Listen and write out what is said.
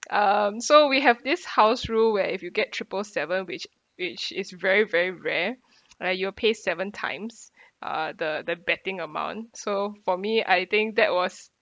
um so we have this house rule where if you get triple seven which which is very very rare like you'll pay seven times uh the the betting amount so for me I think that was